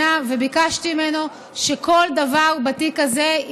בלי שום קשר לתיק הזה.